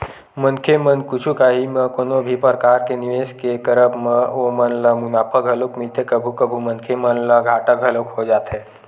मनखे मन कुछु काही म कोनो भी परकार के निवेस के करब म ओमन ल मुनाफा घलोक मिलथे कभू कभू मनखे मन ल घाटा घलोक हो जाथे